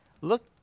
look